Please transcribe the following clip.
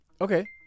Okay